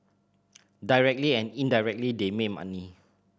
directly and indirectly they made money